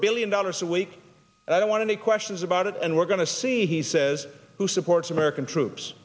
billion dollars a week and i don't want any questions about it and we're going to see he says who supports american troops